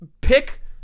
pick